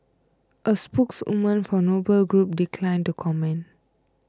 a spokeswoman for Noble Group declined to comment